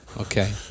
Okay